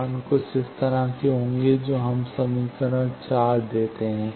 मान कुछ इस तरह के होंगे जो हमें समीकरण 4 देते हैं